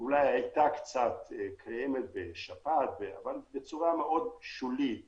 אולי הייתה קצת קיימת בשפעת אבל בצורה שולית מאוד.